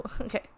Okay